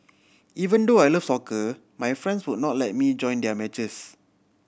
even though I love soccer my friends would not let me join their matches